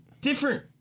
different